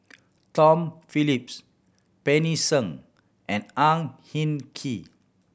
Tom Phillips Pancy Seng and Ang Hin Kee